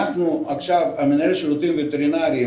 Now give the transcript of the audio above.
מנהל השירותים הווטרינריים